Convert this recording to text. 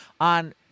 on